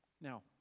Now